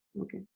Okay